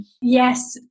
yes